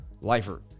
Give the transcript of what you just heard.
Lifer